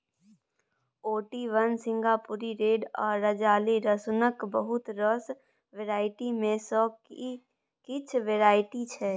Ooty one, Singapuri red आ राजाली रसुनक बहुत रास वेराइटी मे सँ किछ वेराइटी छै